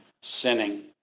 sinning